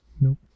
Nope